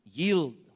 yield